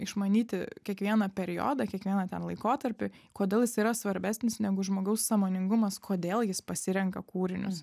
išmanyti kiekvieną periodą kiekvieną ten laikotarpį kodėl jis yra svarbesnis negu žmogaus sąmoningumas kodėl jis pasirenka kūrinius